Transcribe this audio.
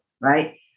right